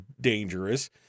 dangerous